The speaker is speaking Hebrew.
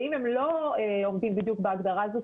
ואם הם לא עומדים בדיוק בהגדרה הזאת,